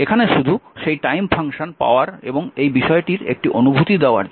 এখানে শুধু সেই টাইম ফাংশন পাওয়ার এবং এই বিষয়টির একটি অনুভূতি দেওয়ার জন্য